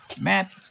Matt